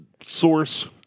source